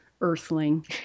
earthling